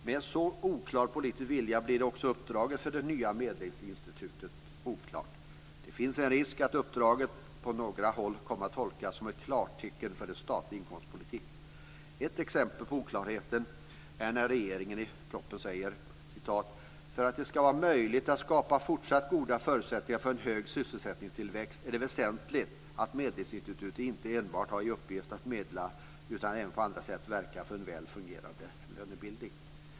Med en så oklar politisk vilja blir också uppdraget för det nya medlingsinstitutet oklart. Det finns en risk att uppdraget på några håll kommer att tolkas som ett klartecken för en statlig inkomstpolitik. Ett exempel på oklarheten är när regeringen i propositionen säger: "För att det skall vara möjligt att skapa fortsatt goda förutsättningar för en hög sysselsättningstillväxt är det väsentligt att Medlingsinstitutet inte enbart har i uppgift att medla utan även på andra sätt verkar för en väl fungerande lönebildning."